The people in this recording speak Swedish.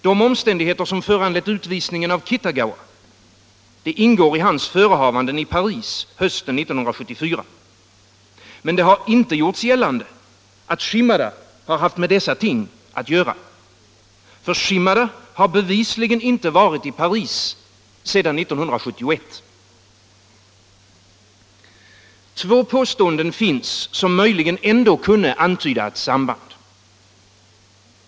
De omständigheter som föranlett utvisningen av Kitagawa ingår i hans förehavanden i Paris hösten 1974, men det har inte gjorts gällande att Shimada haft med dessa ting att skaffa. Shimada har bevisligen inte varit i Paris sedan 1971. Två påståenden finns som möjligen ändå kunde antyda ett samband.